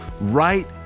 right